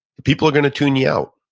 people are going to tune you out.